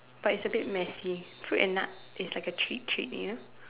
but it's a bit messy fruit and nut taste it's a cheap treat you know